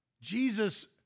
Jesus